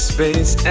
Space